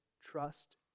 trust